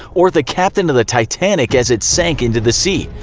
or the captain of the titanic as it sank into the sea.